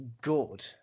good